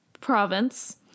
province